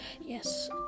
yes